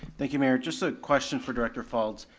thank you mayor. just a question for director faulds.